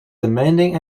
demanding